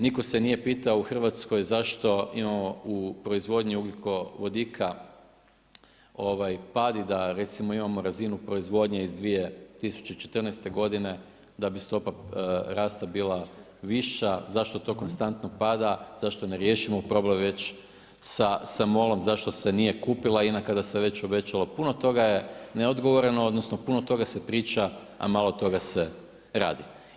Nitko se nije pitao u Hrvatskoj zašto imamo u proizvodnji ugljikovodika pad i da recimo imamo razinu proizvodnje iz 2014. godine da bi stopa rasta bila viša, zašto to konstantno pada, zašto ne riješimo problem već sa MOL-om, zašto se nije kupila INA kada se već obećala, puno toga je neodgovoreno odnosno puta toga se priča a malo toga se radi.